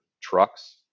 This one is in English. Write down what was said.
trucks